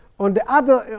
on the other